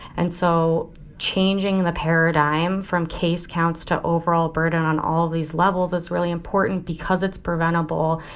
and so changing the paradigm from case counts to overall burden on all of these levels is really important because it's preventable.